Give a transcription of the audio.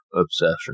obsession